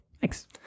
Thanks